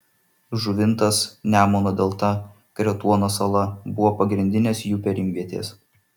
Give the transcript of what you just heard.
žuvintas nemuno delta kretuono sala buvo pagrindinės jų perimvietės